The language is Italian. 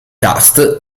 cast